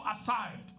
aside